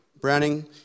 Browning